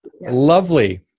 lovely